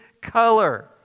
color